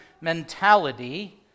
mentality